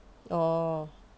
orh